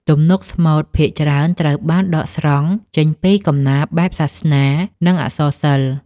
ទំនុកស្មូតភាគច្រើនត្រូវបានដកស្រង់ចេញពីកំណាព្យបែបសាសនា និងអក្សរសិល្ប៍។